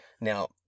Now